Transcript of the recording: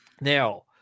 Now